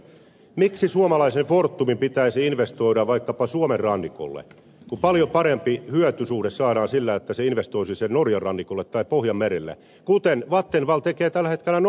miksi suomalaisen fortumin pitäisi investoida vaikkapa suomen rannikolle kun paljon parempi hyötysuhde saadaan sillä että se investoisi norjan rannikolle tai pohjanmerelle kuten vattenfall tekee tällä hetkellä englantiin